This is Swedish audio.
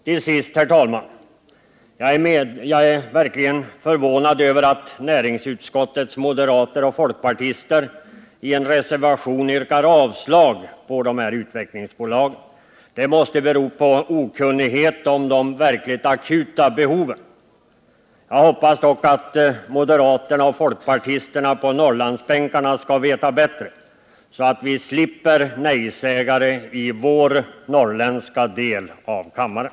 Till sist, herr talman: Jag är verkligen förvånad över att näringsutskottets moderater och folkpartister i en reservation yrkar avslag på förslaget om utvecklingsbolagen. Det måste bero på okunnighet om de verkligt akuta behoven. Jag hoppas dock att moderaterna och folkpartisterna på Norrlandsbänkarna skall veta bättre, så att vi slipper nejsägare i vår norrländska del av kammaren.